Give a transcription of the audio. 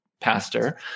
pastor